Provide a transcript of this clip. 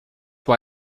why